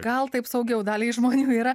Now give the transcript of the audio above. gal taip saugiau daliai žmonių yra